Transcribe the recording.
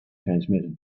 transmitted